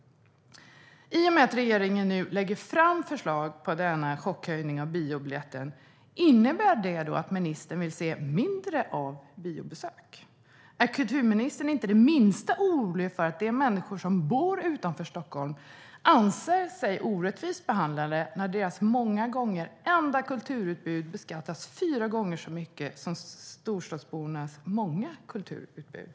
I och med att regeringen nu lägger fram förslag om denna chockhöjning av biobiljetten, innebär det då att ministern vill se mindre av biobesök? Är kulturministern inte det minsta orolig för att de människor som bor utanför Stockholm anser sig orättvist behandlade när deras många gånger enda kulturutbud beskattas fyra gånger så mycket som storstadsbornas många kulturutbud?